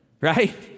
right